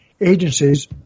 agencies